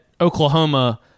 Oklahoma